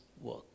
work